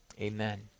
Amen